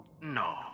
No